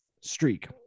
streak